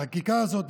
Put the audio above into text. החקיקה הזאת,